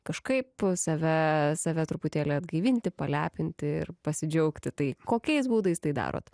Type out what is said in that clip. kažkaip save save truputėlį atgaivinti palepinti ir pasidžiaugti tai kokiais būdais tai darot